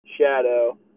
shadow